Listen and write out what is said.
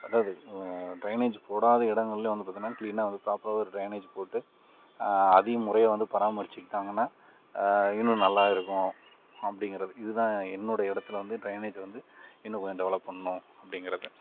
அதாவது டிரைனேஜ் போடாத இடங்களிலியும் வந்து பார்த்தோன்னா வந்து கிளீனாக ப்ராபராக ஒரு டிரைனேஜ் போட்டு அதையும் முறையாக வந்து பராமரித்திட்டாங்கனா இன்னும் நல்லா இருக்கும் அப்படிங்கிறது இது தான் என்னுடைய இடத்துல வந்து டிரைனேஜ் வந்து இன்னும் கொஞ்சம் டெவலப் பண்ணணும் அப்படிங்கிறது